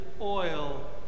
oil